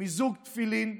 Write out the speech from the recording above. מזוג תפילין.